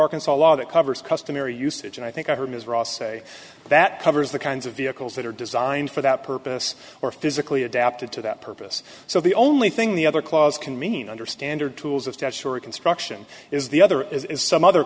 arkansas law that covers customary usage and i think i heard ms ross say that covers the kinds of vehicles that are designed for that purpose or physically adapted to that purpose so the only thing the other clause can mean under standard tools of statutory construction is the other is some other